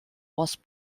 was